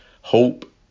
Hope